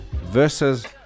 versus